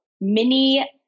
mini